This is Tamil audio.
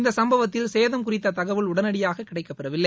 இந்த சம்பவத்தில் சேதம் குறித்த தகவல் உடனடியாக கிடைக்கப்பெறவில்லை